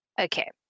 Okay